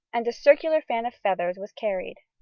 and a circular fan of feathers was carried.